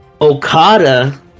Okada